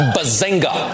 Bazinga